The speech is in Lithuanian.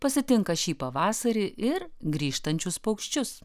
pasitinka šį pavasarį ir grįžtančius paukščius